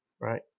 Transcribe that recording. Right